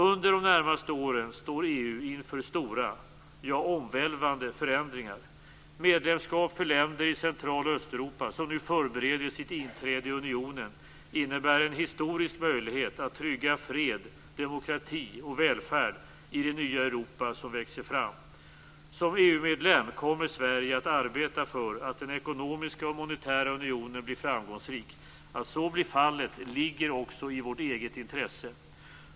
Under de närmaste åren står EU inför stora, ja, omvälvande förändringar. Medlemskap för länder i Central och Östeuropa, som nu förbereder sitt inträde i unionen, innebär en historisk möjlighet att trygga fred, demokrati och välfärd i det nya Europa som växer fram. Som EU-medlem kommer Sverige att arbeta för att den ekonomiska och monetära unionen blir framgångsrik. Att så blir fallet ligger också i vårt eget intresse.